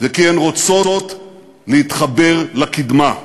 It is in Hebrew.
וכי הן רוצות להתחבר לקדמה.